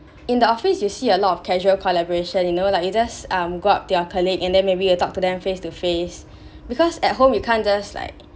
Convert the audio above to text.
in the office you see a lot of casual collaboration you know like you just um go out to your colleagues and then maybe you talk to them face to face because at home you can't just like